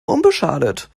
unbeschadet